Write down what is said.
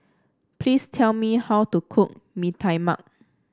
please tell me how to cook Bee Tai Mak